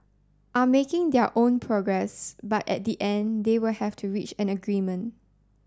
are making their own progress but at the end they will have to reach an agreement